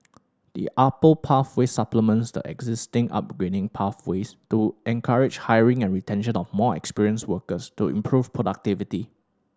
the pathway supplements the existing upgrading pathways to encourage hiring and retention of more experienced workers to improve productivity